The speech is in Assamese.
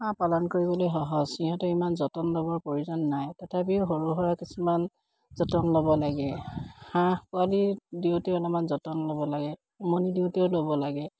হাঁহ পালন কৰিবলৈ সহজ সিহঁতক ইমান যতন ল'বৰ প্ৰয়োজন নাই তথাপিও সৰুসুৰা কিছুমান যতন ল'ব লাগে হাঁহ পোৱালি দিওঁতেও অলপমান যতন ল'ব লাগে উমনি দিওঁতেও ল'ব লাগে